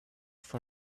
for